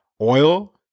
oil